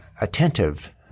attentive